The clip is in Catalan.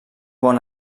bon